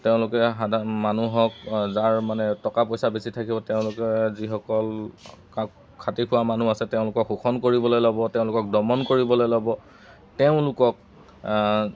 তেওঁলোকে সাধাৰণ মানুহক যাৰ মানে টকা পইচা বেছি থাকিব তেওঁলোকে যিসকল খাতি খোৱা মানুহ আছে তেওঁলোকক শোষণ কৰিবলৈ ল'ব তেওঁলোকক দমন কৰিবলৈ ল'ব তেওঁলোকক